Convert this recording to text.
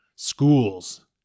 Schools